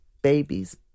Babies